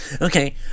okay